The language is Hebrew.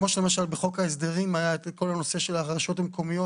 בחוק ההסדרים למשל היה כל הנושא של החדשות המקומיות